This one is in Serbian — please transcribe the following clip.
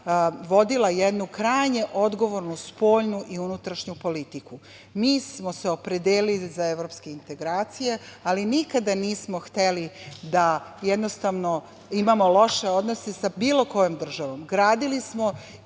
vodila jednu krajnje odgovornu spoljnu i unutrašnju politiku. Mi smo se opredelili za evropske integracije, ali nikada nismo hteli da imamo loše odnose sa bilo kojom državom. Gradili smo